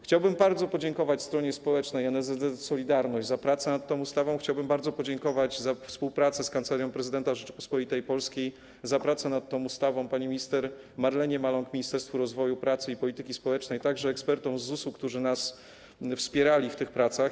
Chciałbym bardzo podziękować stronie społecznej - NSZZ „Solidarność” za prace nad tą ustawą, chciałbym bardzo podziękować za współpracę z Kancelarią Prezydenta Rzeczypospolitej Polskiej, za prace nad tą ustawą pani minister Marlenie Maląg, Ministerstwu Rodziny, Pracy i Polityki Społecznej, a także ekspertom z ZUS, którzy nas wspierali w tych pracach.